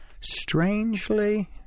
Strangely